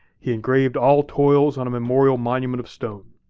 he engraved all toils on a memorial monument of stone.